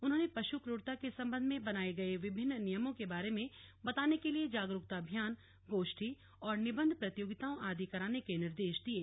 उन्होंने पशु क्ररता के संबध में बनाये गये विभिन्न नियमों के बारे में बताने के लिए जनजागरूकता अभियान गोष्ठी और निबंध प्रतियोगिताओं आदि करने के निर्देश दिये